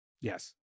Yes